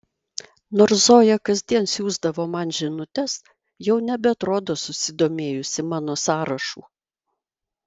nors zoja kasdien siųsdavo man žinutes jau nebeatrodo susidomėjusi mano sąrašu